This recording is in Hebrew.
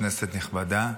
כנסת נכבדה,